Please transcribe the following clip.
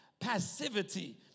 passivity